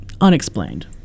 unexplained